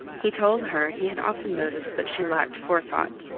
he told her he had often noticed that she lacked forethought.